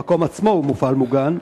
המקום עצמו הוא מפעל מוגן.